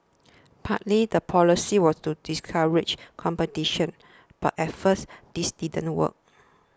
partly the policy was to discourage competition but at first this didn't work